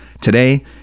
today